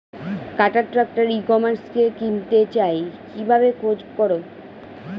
কাটার tractor ই কমার্সে কিনতে চাই কিভাবে খোঁজ করো?